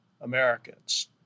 Americans